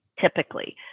typically